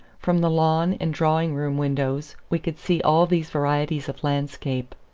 from the lawn and drawing-room windows we could see all these varieties of landscape.